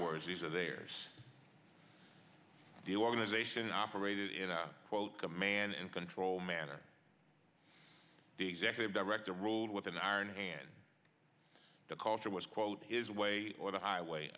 words these are there's the organization operated in a command and control manner the executive director ruled with an iron hand the culture was quote his way or the highway